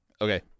Okay